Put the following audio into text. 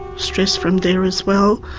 stress from there as well,